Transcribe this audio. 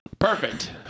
Perfect